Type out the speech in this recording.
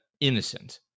innocent